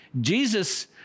Jesus